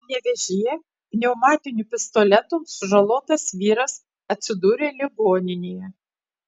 panevėžyje pneumatiniu pistoletu sužalotas vyras atsidūrė ligoninėje